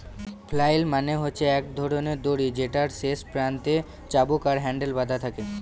flail মানে হচ্ছে এক ধরনের দড়ি যেটার শেষ প্রান্তে চাবুক আর হ্যান্ডেল বাধা থাকে